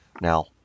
Now